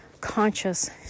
conscious